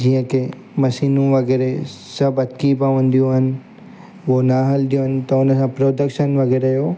जीअं की मशीनूं वग़ैरह सभु अटिकी पवंदियूं आहिनि हूअ न हलदियूं आहिनि त उन सां प्रोदक्शन वग़ैरह जो